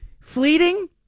Fleeting